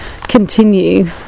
continue